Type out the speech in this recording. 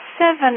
seven